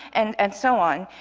and and so on.